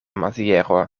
maziero